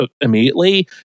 immediately